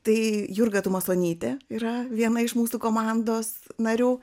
tai jurga tumasonytė yra viena iš mūsų komandos narių